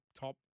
top